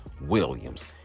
Williams